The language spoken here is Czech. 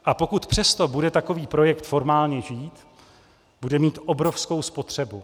A pokud přesto bude takový projekt formálně žít, bude mít obrovskou spotřebu.